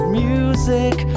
music